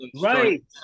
Right